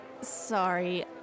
Sorry